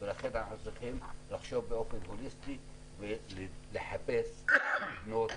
ולכן אנחנו צריכים לחשוב באופן הוליסטי ולחפש לבנות